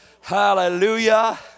Hallelujah